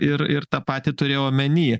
ir ir tą patį turėjau omeny